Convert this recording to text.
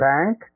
Bank